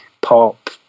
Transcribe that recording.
pop